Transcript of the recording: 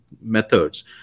methods